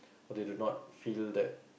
or they do not feel that